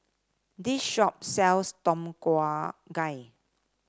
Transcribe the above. this shop sells Tom Kha Gai